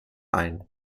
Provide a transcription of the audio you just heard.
ein